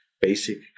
basic